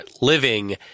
living